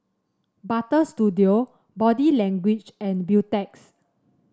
Butter Studio Body Language and Beautex